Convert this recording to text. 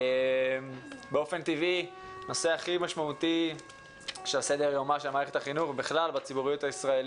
באופן טבעי הנושא הכי משמעותי שעל סדר-יומה של מערכת החינוך,